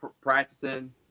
practicing